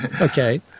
Okay